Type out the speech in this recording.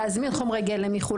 להזמין חומרי גלם מחו"ל.